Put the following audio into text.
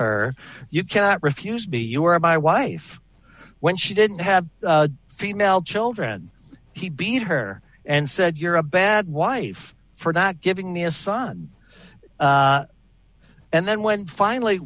her you cannot refuse to be your of my wife when she didn't have female children he beat her and said you're a bad wife for not giving me a son and then when finally